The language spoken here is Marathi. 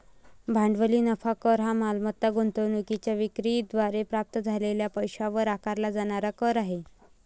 भांडवली नफा कर हा मालमत्ता गुंतवणूकीच्या विक्री द्वारे प्राप्त झालेल्या पैशावर आकारला जाणारा कर आहे